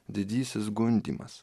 didysis gundymas